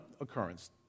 occurrence